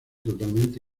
totalmente